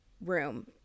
room